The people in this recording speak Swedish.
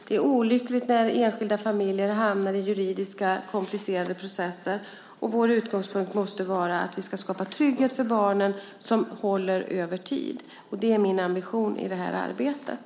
Det är olyckligt när enskilda familjer hamnar i komplicerade juridiska processer, och vår utgångspunkt måste vara att vi ska skapa trygghet som håller över tid för barnen. Det är min ambition i det här arbetet.